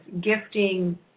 gifting